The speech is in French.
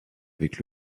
avec